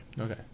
Okay